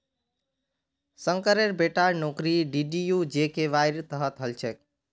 शंकरेर बेटार नौकरी डीडीयू जीकेवाईर तहत हल छेक